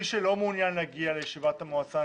מי שלא מעוניין להגיע לישיבת המועצה,